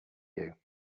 you